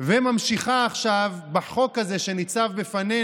עשינו חוק נורבגי קטן.